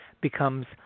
becomes